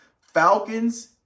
Falcons